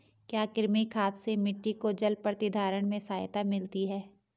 क्या कृमि खाद से मिट्टी को जल प्रतिधारण में सहायता मिलती है?